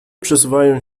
przesuwają